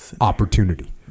opportunity